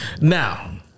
Now